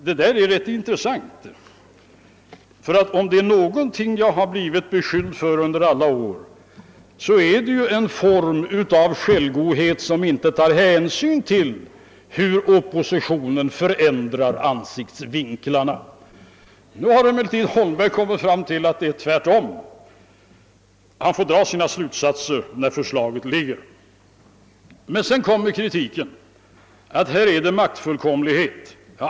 Det där är rätt intressant, ty om det är någonting jag har blivit beskylld för under alla år är det ju en form av självgodhet som inte tar hänsyn till hur oppositionen förändrar ansiktsvinklarna. Nu har herr Holmberg kommit till den uppfattningen att det är tvärtom. Han får dra sina slutsatser när förslaget framlagts. Sedan har vi kritiken om maktfullkomlighet.